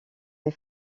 des